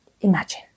imagine